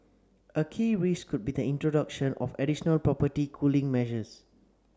a key risk could be the introduction of additional property cooling measures